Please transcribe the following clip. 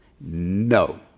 No